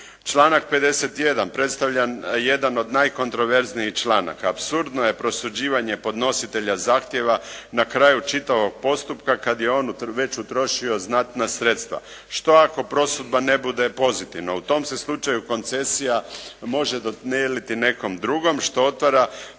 Članak 51. predstavlja jedan od najkontroverznijih članaka. Apsurdno je prosuđivanje podnositelja zahtjeva na kraju čitavog postupka kad je on već utrošio znatna sredstva. Što ako prosudba ne bude pozitivna? U tom se slučaju koncesija može dodijeliti nekome drugome što otvara